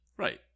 right